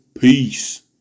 Peace